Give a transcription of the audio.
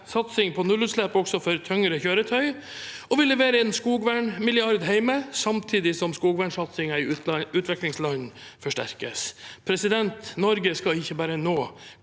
satsing på nullutslipp også for tyngre kjøretøy. Vi leverer en skogvernmilliard hjemme samtidig som skogvernsatsingen i utviklingsland forsterkes. Norge skal ikke bare nå